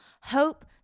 Hope